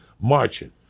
marching